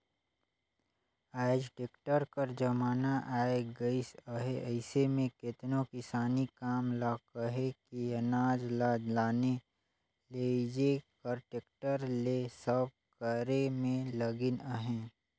आएज टेक्टर कर जमाना आए गइस अहे अइसे में केतनो किसानी काम ल कहे कि अनाज ल लाने लेइजे कर टेक्टर ले सब करे में लगिन अहें